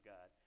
God